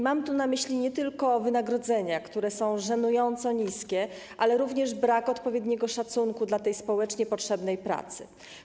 Mam tu na myśli nie tylko wynagrodzenia, które są żenująco niskie, ale również brak należnego szacunku dla tej społecznie potrzebnej pracy.